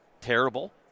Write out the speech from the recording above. terrible